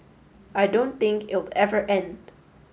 I don't think it'll ever end